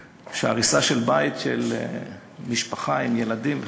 הריסה של בית של משפחה עם ילדים,